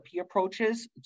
approaches